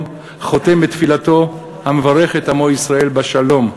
חותם את תפילתו: "המברך את עמו ישראל בשלום".